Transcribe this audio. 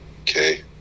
okay